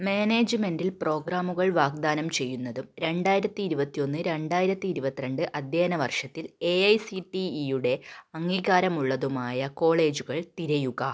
മാനേജ്മെൻ്റിൽ പ്രോഗ്രാമുകൾ വാഗ്ദാനം ചെയ്യുന്നതും രണ്ടായിരത്തി ഇരുപത്തി ഒന്ന് രണ്ടായിരത്തി ഇരുപത്തി രണ്ട് അധ്യയന വർഷത്തിൽ എ ഐ സി ടി ഇയുടെ അംഗീകാരമുള്ളതുമായ കോളേജുകൾ തിരയുക